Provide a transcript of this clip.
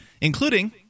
including